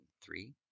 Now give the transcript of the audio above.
three